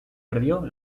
perdió